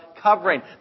covering